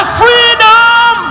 freedom